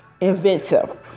inventive